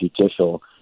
judicial